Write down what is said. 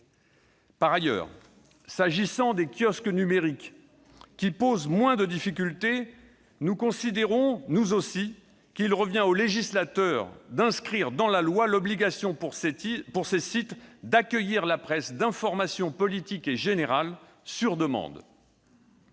Par ailleurs, s'agissant des kiosques numériques, qui posent moins de difficultés, nous considérons, nous aussi, qu'il revient au législateur d'inscrire dans la loi l'obligation pour ces sites d'accueillir la presse d'information politique et générale sur demande.